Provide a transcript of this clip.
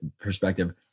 perspective